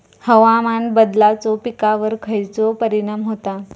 हवामान बदलाचो पिकावर खयचो परिणाम होता?